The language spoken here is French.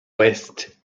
ouest